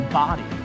body